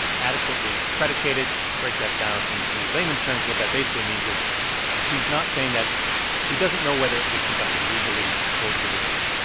adequately predicated. to break that down into layman's terms, what that basically means is he's not saying that he doesn't know whether it was conducted legally or illegally.